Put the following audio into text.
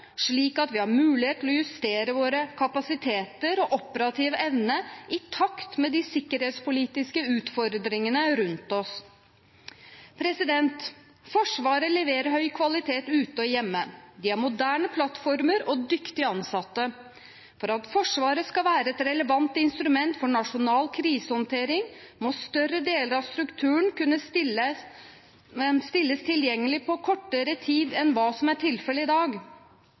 slik at vi har mulighet til å justere våre kapasiteter og vår operative evne i takt med de sikkerhetspolitiske utfordringene rundt oss. Forsvaret leverer høy kvalitet ute og hjemme. De har moderne plattformer og dyktige ansatte. For at Forsvaret skal være et relevant instrument for nasjonal krisehåndtering, må større deler av strukturen kunne stilles tilgjengelig på kortere tid enn hva som er tilfellet i dag.